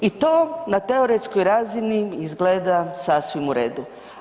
I to na teoretskoj razini izgleda sasvim u redu.